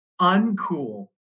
uncool